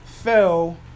fell